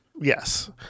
Yes